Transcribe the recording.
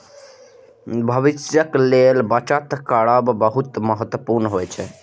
भविष्यक लेल बचत करब बहुत महत्वपूर्ण होइ छै